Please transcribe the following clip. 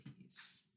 piece